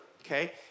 okay